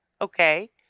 Okay